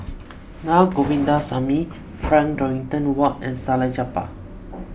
Naa Govindasamy Frank Dorrington Ward and Salleh Japar